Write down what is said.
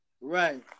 right